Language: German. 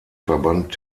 verband